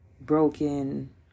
broken